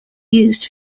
used